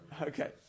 Okay